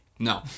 No